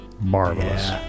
marvelous